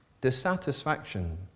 Dissatisfaction